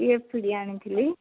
DF ପିଡିଆ ଆଣଥିଲି